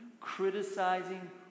criticizing